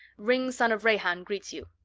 ringg son of rahan greets you.